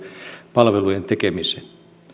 palvelujen tekemiseen